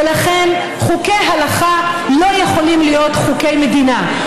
ולכן, חוקי הלכה לא יכולים להיות חוקי מדינה.